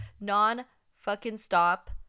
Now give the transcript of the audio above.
non-fucking-stop